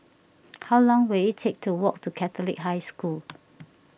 how long will it take to walk to Catholic High School